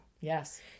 Yes